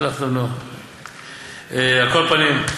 על כל פנים,